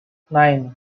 nine